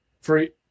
free